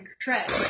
tread